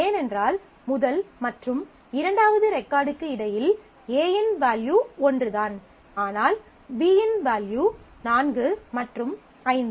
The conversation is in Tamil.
ஏனென்றால் முதல் மற்றும் இரண்டாவது ரெகார்டுக்கு இடையில் A இன் வேல்யூ ஒன்றுதான் ஆனால் B இன் வேல்யூ 4 மற்றும் 5